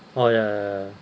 oh ya ya ya